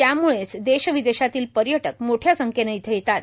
त्यामुळेच देश विदेशातील पर्यटक मोठ्या संख्येनी इथं येतात